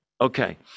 Okay